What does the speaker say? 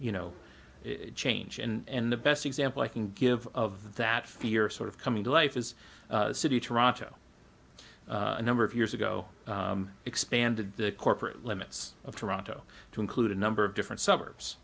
you know change and the best example i can give of that fear sort of coming to life is city toronto a number of years ago expanded the corporate limits of toronto to include a number of different suburbs